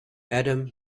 adam